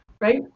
right